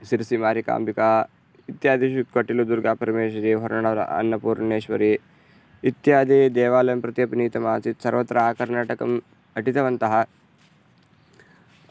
सिरसि मारिकाम्बिका इत्यादिषु कटिलु दुर्गापरिमेश्वरी होर्णाडु अन्नपूर्णेश्वरी इत्यादिदेवालयं प्रति अपि नीतमासीत् सर्वत्र आकर्नाटकम् अटितवन्तः